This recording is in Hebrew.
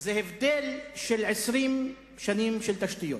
יש הבדל של 20 שנים של תשתיות